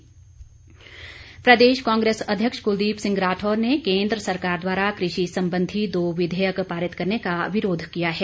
कांग्रेस प्रदेश कांग्रेस अध्यक्ष कुलदीप सिंह राठौर ने केन्द्र सरकार द्वारा कृषि संबंधी दो विधेयक पारित करने का विरोध किया है